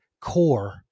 core